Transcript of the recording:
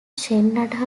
shenandoah